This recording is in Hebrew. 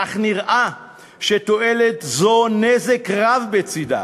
אך נראה שתועלת זו, נזק רב בצדה.